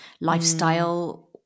lifestyle